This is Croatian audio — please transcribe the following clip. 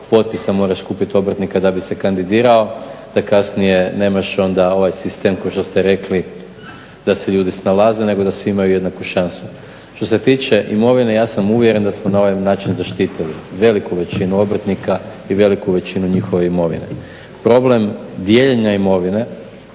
potpisa moraš skupiti obrtnika da bi se kandidirao da kasnije nemaš onda ovaj sistem kao što ste rekli da se ljudi snalaze nego da svi imaju jednaku šansu. Što se tiče imovine, ja sam uvjeren da smo na ovaj način zaštitili veliku većinu obrtnika i veliku većinu njihove imovine. Problem dijeljenja imovine